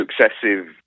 successive